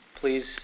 please